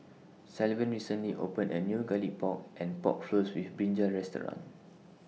Sylvan recently opened A New Garlic Pork and Pork Floss with Brinjal Restaurant